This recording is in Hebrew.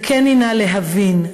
זכני נא להבין,